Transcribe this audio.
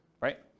right